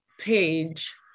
page